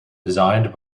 designed